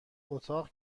اتاق